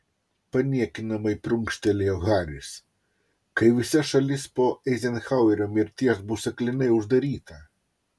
paniekinamai prunkštelėjo haris kai visa šalis po eizenhauerio mirties bus aklinai uždaryta